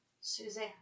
Suzanne